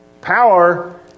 power